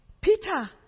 peter